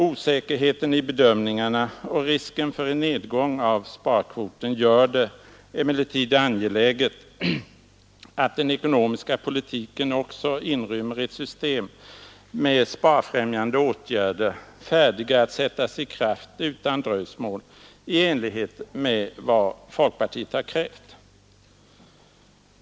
Osäkerheten i bedömningarna och risken för en nedgång av sparkvoten gör det emellertid angeläget att den ekonomiska politiken också inrymmer ett system med sparfrämjande åtgärder, färdiga att sättas i kraft utan dröjsmål i enlighet med vad folkpartiet har krävt.